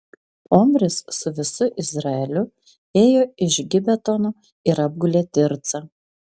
omris su visu izraeliu ėjo iš gibetono ir apgulė tircą